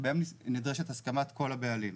שבהם נדרשת הסכמת ככל הבעלים.